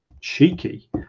Cheeky